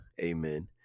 amen